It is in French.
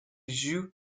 joue